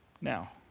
now